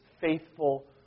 faithful